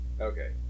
Okay